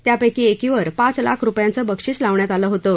त्यापैकी एकीवर पाच लाख रुपयांचं बक्षिस लावण्यात आलं होतं